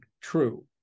true